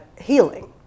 healing